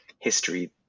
history